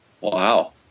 Wow